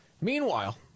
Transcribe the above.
Meanwhile